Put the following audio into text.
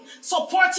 supporting